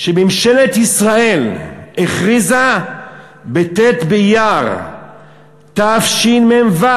שממשלת ישראל הכריזה בט' באייר תשמ"ו,